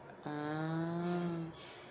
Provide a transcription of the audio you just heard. ah